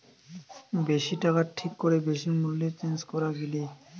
বেশি টাকায় ঠিক করে বেশি মূল্যে চেঞ্জ করা গিলে